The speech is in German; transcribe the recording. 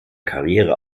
karriere